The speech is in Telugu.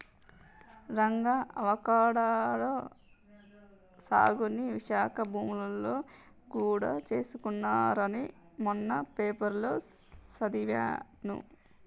రంగా అవకాడో సాగుని విశాఖ భూములలో గూడా చేస్తున్నారని మొన్న పేపర్లో సదివాను